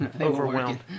overwhelmed